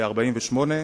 ב-1948,